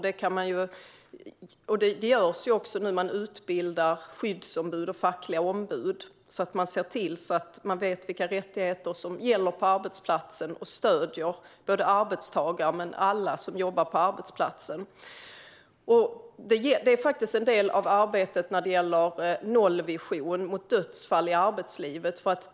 Detta görs också nu - skyddsombud och fackliga ombud utbildas för att se till att man vet vilka rättigheter som gäller på arbetsplatsen och stöder arbetstagare och alla som jobbar på arbetsplatsen. Detta är en del av arbetet när det gäller nollvisionen i fråga om dödsfall i arbetslivet.